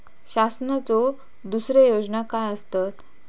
शासनाचो दुसरे योजना काय आसतत?